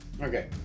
Okay